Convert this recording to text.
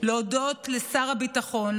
לשר הביטחון,